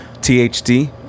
THD